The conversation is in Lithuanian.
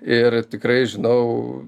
ir tikrai žinau